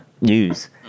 News